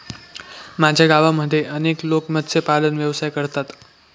माझ्या गावामध्ये अनेक लोक मत्स्यपालन व्यवसाय करतात